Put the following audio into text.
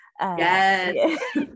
Yes